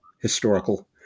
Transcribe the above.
historical